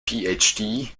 phd